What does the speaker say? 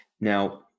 Now